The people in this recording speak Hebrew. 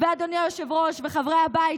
אדוני היושב-ראש וחברי הבית,